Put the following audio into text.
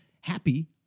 happy